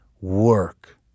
work